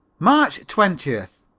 march twentieth.